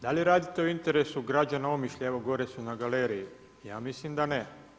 Da li vi radite u interesu građana Omišlja, evo gore su na galeriji, ja mislim da ne.